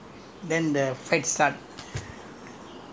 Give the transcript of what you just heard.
so we were I think the movie finished already we were about to go back